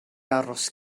aros